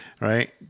right